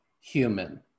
human